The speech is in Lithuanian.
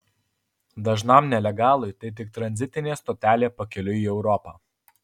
dažnam nelegalui tai tik tranzitinė stotelė pakeliui į europą